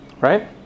Right